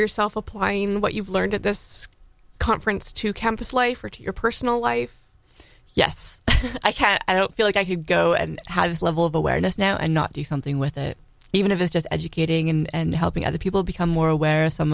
yourself applying what you've learned at this conference to campus life or to your personal life yes i can i don't feel like i could go and how this level of awareness now and not do something with it even if it's just educating and helping other people become more aware of some